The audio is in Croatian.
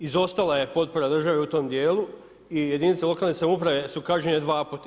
Izostala je potpora države u tom dijelu i jedinice lokalne samouprave su kažnjene dvaput.